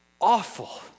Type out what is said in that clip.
awful